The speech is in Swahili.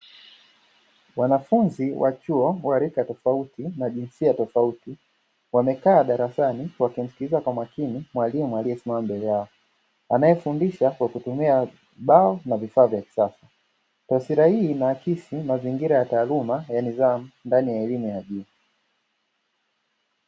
Wanafunzi wa chuo wa rika tofauti na jinsia tofauti, wamekaa darasani wakimsikiliza kwa makini mwalimu aliyesimama mbele yao, anayefundisha kwa kutumia ubao na vifaa vya kisasa. Taswira hii inaakisi mazingira ya taaluma ya nidhamu ndani ya elimu ya juu.